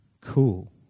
Cool